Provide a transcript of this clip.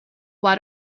why